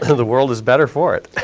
the world is better for it.